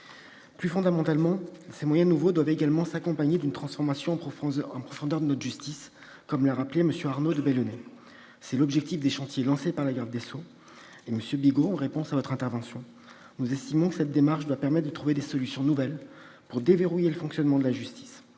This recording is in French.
Plus fondamentalement, ces moyens nouveaux doivent également s'accompagner d'une transformation en profondeur de notre justice. Comme l'a rappelé M. de Belenet, c'est l'objectif des chantiers lancés par la garde des sceaux. Monsieur Bigot, nous estimons que cette démarche doit permettre de trouver des solutions nouvelles pour déverrouiller le fonctionnement de la justice.